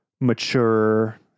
mature